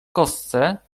kostce